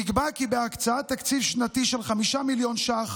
נקבע כי בהקצאת תקציב שנתי של 5 מיליון ש"ח